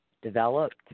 developed